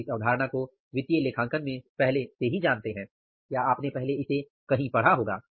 आप इस अवधारणा को वित्तीय लेखांकन में पहले से ही जानते हैं या आपने पहले इसे कहीं पढ़ा होगा